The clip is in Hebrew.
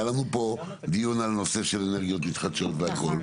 היה לנו פה דיון על נושא של אנרגיות מתחדשות והכל.